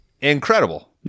incredible